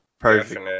Perfect